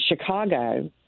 Chicago